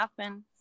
happen